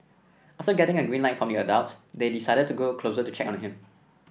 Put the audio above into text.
after getting a green light from the adults they decided to go closer to check on him